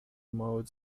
mode